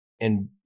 And-